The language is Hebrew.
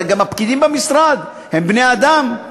הרי גם הפקידים במשרד הם בני-אדם,